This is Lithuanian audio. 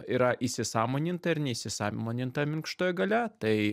yra įsisąmoninta ir neįsisąmoninta minkštoji galia tai